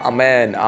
Amen